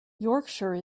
yorkshire